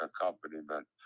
accompaniment